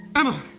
emma.